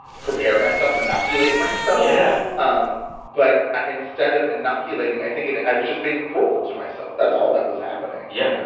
prepare myself, inoculate myself yeah um but instead of inoculating, i think and i was just being cruel to myself. that's all that was happening. yeah, you know